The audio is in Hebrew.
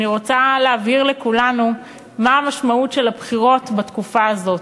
אני רוצה להבהיר לכולנו מה המשמעות של הבחירות בתקופה הזאת.